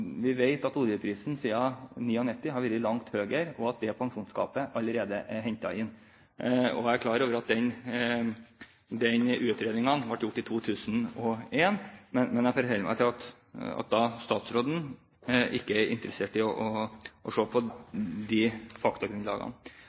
Vi vet at oljeprisen siden 1999 har blitt langt høyere, og at det pensjonsgapet allerede er hentet inn. Jeg er klar over at den utredningen ble gjort i 2001, men jeg forholder meg til at statsråden ikke er interessert i å se på disse faktagrunnlagene.